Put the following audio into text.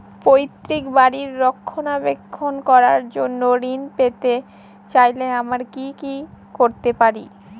পৈত্রিক বাড়ির রক্ষণাবেক্ষণ করার জন্য ঋণ পেতে চাইলে আমায় কি কী করতে পারি?